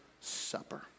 Supper